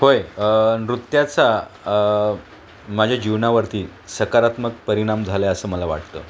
होय नृत्याचा माझ्या जीवनावरती सकारात्मक परिणाम झाला आहे असं मला वाटतं